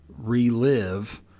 relive